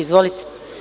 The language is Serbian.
Izvolite.